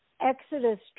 Exodus